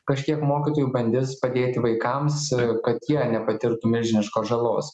kažkiek mokytojų bandys padėti vaikams kad jie nepatirtų milžiniškos žalos